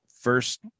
first